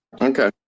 okay